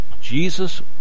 Jesus